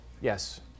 Yes